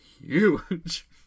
huge